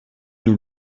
nous